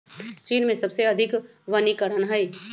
चीन में सबसे अधिक वनीकरण हई